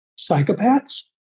psychopaths